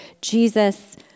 Jesus